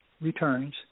returns